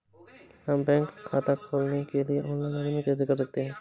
हम बैंक खाता खोलने के लिए ऑनलाइन आवेदन कैसे कर सकते हैं?